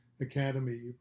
academy